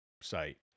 site